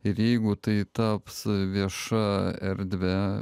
ir jeigu tai taps vieša erdve